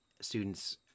students